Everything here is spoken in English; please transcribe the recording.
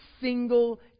single